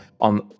on